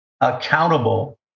accountable